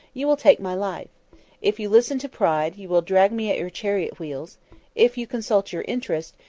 you will take my life if you listen to pride, you will drag me at your chariot-wheels if you consult your interest,